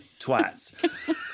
Twats